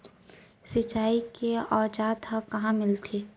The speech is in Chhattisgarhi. सिंचाई के औज़ार हा कहाँ मिलही?